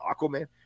Aquaman